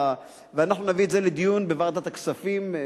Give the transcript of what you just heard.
ואנחנו נביא את זה לדיון בוועדת הכספים.